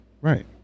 Right